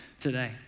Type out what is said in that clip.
today